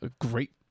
great